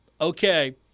okay